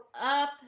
up